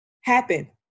happen